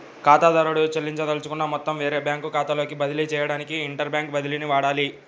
ఖాతాదారుడు చెల్లించదలుచుకున్న మొత్తం వేరే బ్యాంకు ఖాతాలోకి బదిలీ చేయడానికి ఇంటర్ బ్యాంక్ బదిలీని వాడాలి